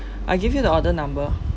I give you the order number